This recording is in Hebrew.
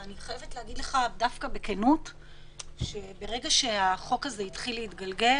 אני חייבת להגיד לך בכנות דווקא שברגע שהחוק הזה התחיל להתגלגל